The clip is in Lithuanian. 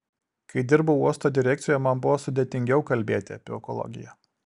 kai dirbau uosto direkcijoje man buvo sudėtingiau kalbėti apie ekologiją